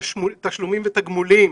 תשלומים ותגמולים